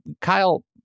Kyle